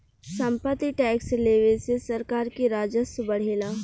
सम्पत्ति टैक्स लेवे से सरकार के राजस्व बढ़ेला